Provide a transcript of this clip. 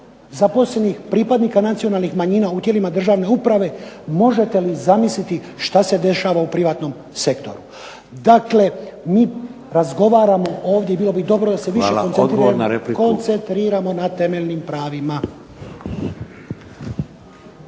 zaposlenih pripadnika nacionalnih manjina u tijelima državne uprave, možete li zamisliti što se dešava u privatnom sektoru. Dakle, mi razgovaramo ovdje i bilo bi dobro da se više koncentriramo na temeljnim pravima.